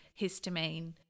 histamine